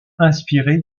inspiré